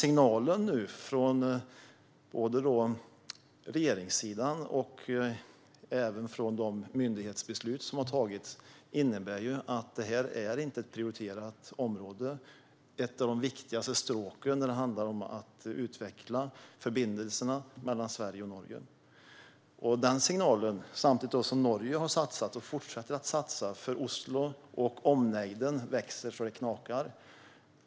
Signalen från regeringssidan och de myndighetsbeslut som har fattats innebär att Hån inte är ett prioriterat område. Det är ett av de viktigaste stråken i utvecklingen av förbindelserna mellan Sverige och Norge. Samtidigt har Norge satsat och fortsätter att satsa. Oslo med omnejd växer så det knakar.